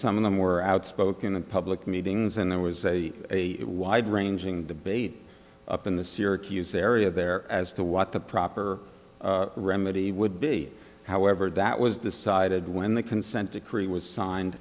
some of them were outspoken in public meetings and there was a a wide ranging debate up in the syracuse area there as to what the proper remedy would be however that was decided when the consent decree was signed